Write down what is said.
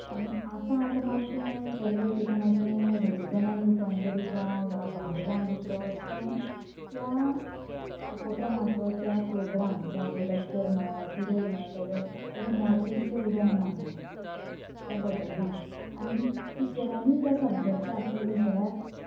आनी आतां आतां मात तें वेल्युडकेशनाचें रिलीजनान रुपांतरीत जावं वा भाग जावं दुसरो अशें करून त्या उपक्रमाचो त्या प्रोग्राम जावं आमी लॅक्चर म्हणो वा पिरियड म्हणो तेजो तेजो म्हत्व तितलें उरोंक ना आतां तें बदल्लां आनी टिचरऱ्यांनी त्या सब्जॅक्टाक त्या विशयाक